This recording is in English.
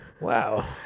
Wow